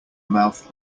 mouth